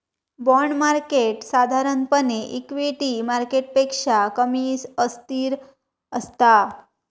bond market साधारणपणे equity मार्केटपेक्षा कमी अस्थिर असता